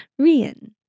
Rian